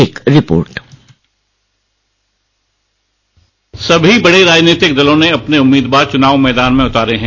एक रिपोर्ट सभी बड़े राजनीतिक दलों ने अपने उम्मीदवार चुनाव में उतारे हैं